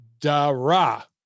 Dara